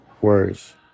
words